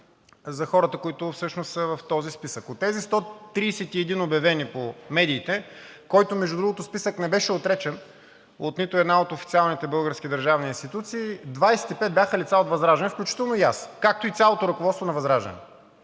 за хората, които всъщност са в този списък. От тези 131 обявени по медиите, който, между другото, списък не беше отречен от нито една от официалните български държавни институции, 25 бяха лица от ВЪЗРАЖДАНЕ, включително и аз, както и цялото ръководство на ВЪЗРАЖДАНЕ.